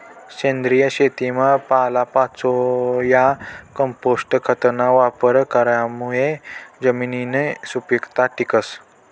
सेंद्रिय शेतीमा पालापाचोया, कंपोस्ट खतना वापर करामुये जमिननी सुपीकता टिकस